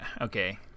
Okay